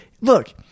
Look